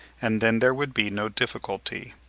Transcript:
and then there would be no difficulty.